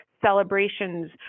celebrations